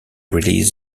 release